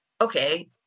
okay